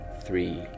three